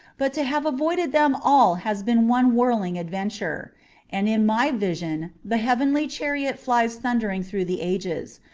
but to have avoided them all has been one whirling adventure and in my vision the heavenly chariot flies thundering through the ages,